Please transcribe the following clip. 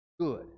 good